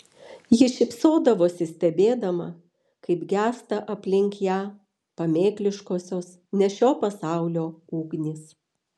ji šypsodavosi stebėdama kaip gęsta aplink ją pamėkliškosios ne šio pasaulio ugnys